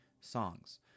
songs